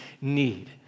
need